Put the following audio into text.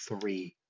three